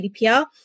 GDPR